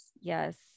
yes